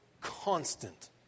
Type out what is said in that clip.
constant